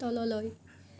তললৈ